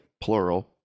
plural